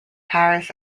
paris